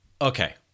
Okay